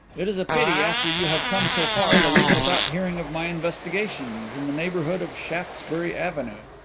it is a pity, after you have come so far, to leave without hearing of my investigations in the neighbourhood of shaftesbury avenue.